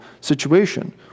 situation